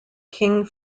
king